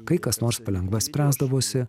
kai kas nors palengva spręsdavosi